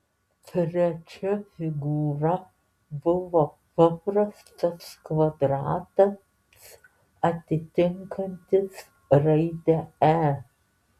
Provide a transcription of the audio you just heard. trečia figūra buvo paprastas kvadratas atitinkantis raidę e